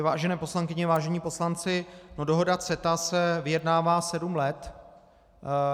Vážené poslankyně, vážení poslanci, dohoda CETA se vyjednává sedm let.